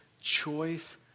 choice